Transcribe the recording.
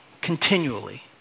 continually